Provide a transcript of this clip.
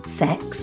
sex